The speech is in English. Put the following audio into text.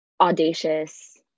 audacious